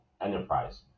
enterprise